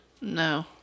No